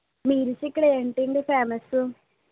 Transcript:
మీ రుచి ఇక్కడ ఏంటండి ఫ్యామస్